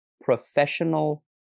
professional